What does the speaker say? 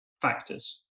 factors